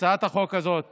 הצעת החוק הזאת